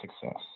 success